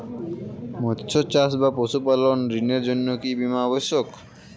মৎস্য চাষ বা পশুপালন ঋণের জন্য কি বীমা অবশ্যক?